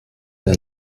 der